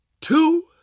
two